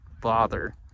bother